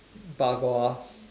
bak kwa